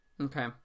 okay